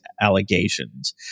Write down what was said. allegations